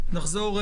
11:00.